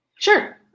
Sure